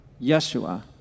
Yeshua